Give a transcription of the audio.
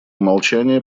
молчание